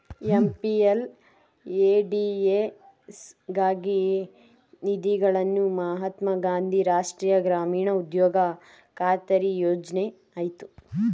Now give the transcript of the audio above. MPLADS ಗಾಗಿ ನಿಧಿಗಳನ್ನು ಮಹಾತ್ಮ ಗಾಂಧಿ ರಾಷ್ಟ್ರೀಯ ಗ್ರಾಮೀಣ ಉದ್ಯೋಗ ಖಾತರಿ ಯೋಜ್ನ ಆಯ್ತೆ